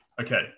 Okay